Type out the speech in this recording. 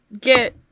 Get